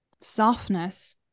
softness